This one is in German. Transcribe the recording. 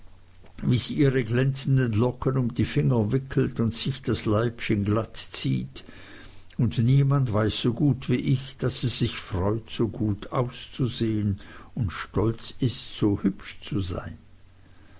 wie sie ihre glänzenden locken um die finger wickelt und sich das leibchen glatt zieht und niemand weiß so gut wie ich daß sie sich freut so gut auszusehen und stolz ist so hübsch zu sein